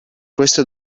questo